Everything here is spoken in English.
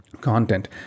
content